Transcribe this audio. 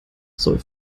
soll